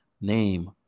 Name